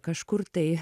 kažkur tai